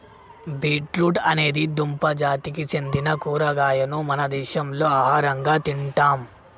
beet root అనేది దుంప జాతికి సెందిన కూరగాయను మన దేశంలో ఆహరంగా తింటాం